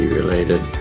related